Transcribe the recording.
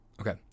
Okay